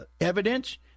evidence